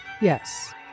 yes